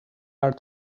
are